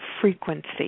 frequency